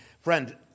Friend